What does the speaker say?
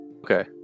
okay